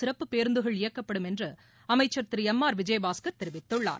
சிறப்பு பேருந்துகள் இயக்கப்படும் என்று அமைச்சள் திரு எம் ஆர் விஜயபாஸ்கள் தெரிவித்துள்ளார்